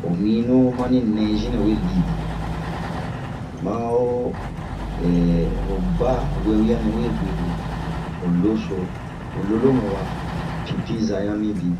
ho minu ma ni nɛzi nɛwe gue bin. Ma ho, ho baa wɛwia nɛwe gue bin ni ho loo soo.ho lolo munwa ,pinpin za ɲa mibin.